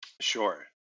Sure